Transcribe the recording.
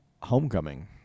Homecoming